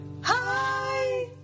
Hi